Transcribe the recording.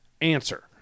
answer